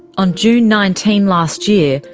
on june nineteen last year,